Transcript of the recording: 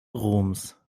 roms